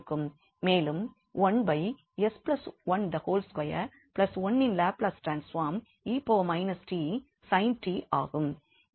மேலும் 1s121 இன் Laplace transform 𝑒−𝑡 sin 𝑡 ஆகும்